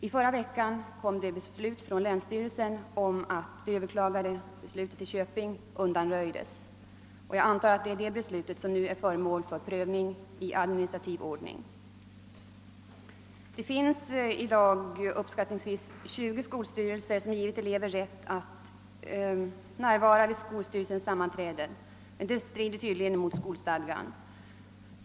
I förra veckan meddelade länsstyrelsen att det överklagade beslutet undanröjts, och jag antar att det är detta beslut som nu är föremål för prövning i administrativ ordning. I dag har uppskattningsvis 20 skolstyrelser givit elever rätt att närvara vid sina sammanträden, men detta strider tydligen mot skolstadgan.